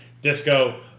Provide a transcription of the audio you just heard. Disco